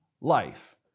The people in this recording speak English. life